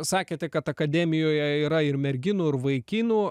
sakėte kad akademijoje yra ir merginų ir vaikinų